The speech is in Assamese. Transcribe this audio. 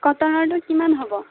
কটনৰটো কিমান হ'ব